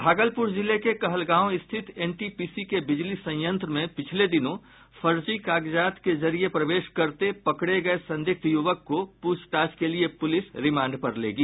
भागलपुर जिले के कहलगांव स्थित एनटीपीसी के बिजली संयंत्र में पिछले दिनों फर्जी कागजात के जरिए प्रवेश करते पकड़े गए संदिग्ध युवक को पूछताछ के लिए पुलिस रिमांड पर लेगी